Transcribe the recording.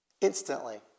Instantly